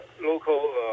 local